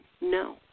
No